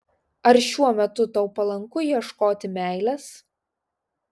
ar šiuo metu tau palanku ieškoti meilės